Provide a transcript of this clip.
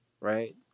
right